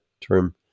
term